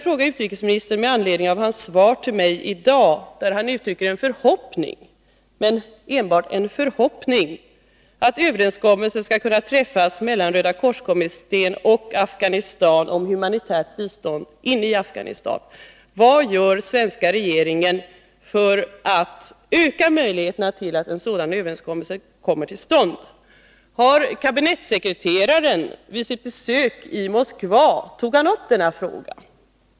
I sitt svar till mig i dag uttrycker utrikesministern en förhoppning — men enbart en förhoppning — att överenskommelse skall kunna träffas mellan Rödakorskommittén och Afghanistan om humanitärt bistånd i Afghanistan, och med anledning av detta vill jag fråga utrikesministern: Vad gör svenska regeringen för att öka möjligheterna till att en sådan överenskommelse kommer till stånd? Tog kabinettssekreteraren vid sitt besök i Moskva upp denna fråga?